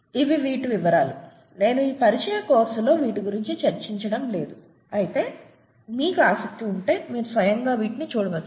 ఇవి వీటి వివరాలు నేను ఈ పరిచయ కోర్సులో వీటి గురించి చర్చించడం లేదు మీకు ఆసక్తి ఉంటే మీరు స్వయంగా వీటిని చూడవచ్చు